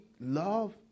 love